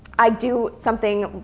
i do something,